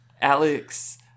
Alex